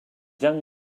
young